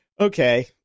Okay